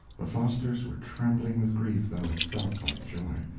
the fosters were trembling with grief, though it felt like joy.